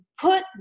put